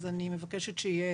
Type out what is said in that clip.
אז אני מבקשת שיהיה